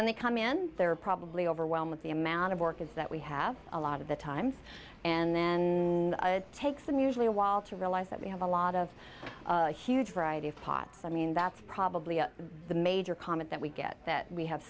when they come in they're probably overwhelmed with the amount of work is that we have a lot of the times and then takes them usually a while to realize that we have a lot of a huge variety of pots i mean that's probably the major comment that we get that we have